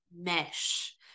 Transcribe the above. mesh